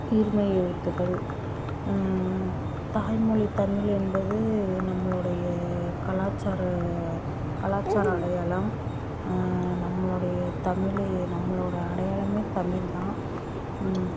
உயிர்மெய் எழுத்துகள் தாய்மொழி தமிழ் என்பது நம்மளோடைய கலாச்சார கலாச்சார அடையாளம் நம்மளோடைய தமிழ் நம்மளோடய அடையாளமே தமிழ் தான்